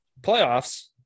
playoffs